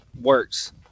works